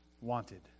wanted